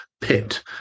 pit